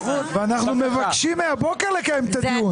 ואנחנו מבקשים מהבוקר לקיים את הדיון.